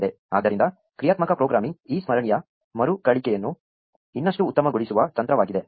ಆದ್ದರಿಂದ ಕ್ರಿಯಾತ್ಮಕ ಪ್ರೋಗ್ರಾಮಿಂಗ್ ಈ ಸ್ಮರಣೀಯ ಮರುಕಳಿಕೆಯನ್ನು ಇನ್ನಷ್ಟು ಉತ್ತಮಗೊಳಿಸುವ ತಂತ್ರವಾಗಿದೆ